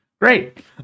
great